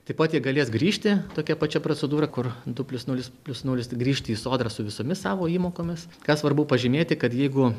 taip pat jie galės grįžti tokia pačia procedūra kur du plius nulis plius nulis grįžti į sodrą su visomis savo įmokomis ką svarbu pažymėti kad jeigu